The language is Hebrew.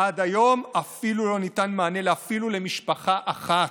עד היום לא ניתן מענה אפילו למשפחה אחת.